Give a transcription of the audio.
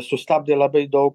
sustabdė labai daug